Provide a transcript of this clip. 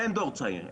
אין דור צעיר,